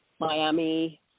Miami